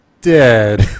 dead